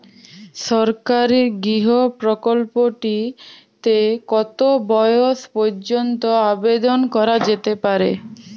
সরকারি গৃহ প্রকল্পটি তে কত বয়স পর্যন্ত আবেদন করা যেতে পারে?